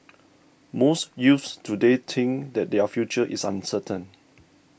most youths today think that their future is uncertain